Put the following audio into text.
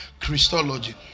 Christology